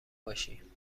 باشی